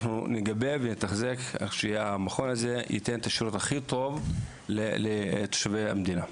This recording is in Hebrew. אנחנו נגבה ונתחזק כך שהמכון הזה ייתן את השירות הכי טוב לתושבי המדינה.